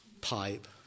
pipe